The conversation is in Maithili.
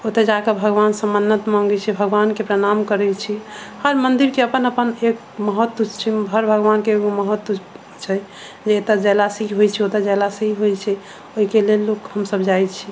तऽ ओतै जाकऽ भगबानसँ मन्नत माँगै छी जे भगबान के प्रणाम करै छी हर मन्दिर के अपन अपन एक महत्व छै एगो महत्व छै एतऽ गेलासँ ई होइ छै एतऽ गेलासँ ई होइ छै ओहिके लेल हमसभ जाइ छी